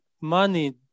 money